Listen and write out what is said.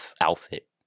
outfit